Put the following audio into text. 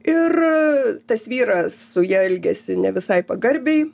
ir tas vyras su ja elgiasi ne visai pagarbiai